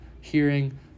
hearing